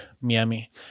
Miami